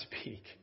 speak